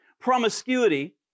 promiscuity